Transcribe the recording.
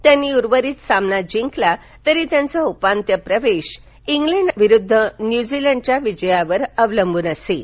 त्यांनी उर्वरित सामना जिंकला तरी त्यांचा उपान्त्य प्रवेश इंग्लंड विरूद्ध न्यूझिलंडच्या विजयावर अवलंबून राहील